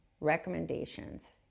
recommendations